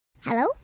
Hello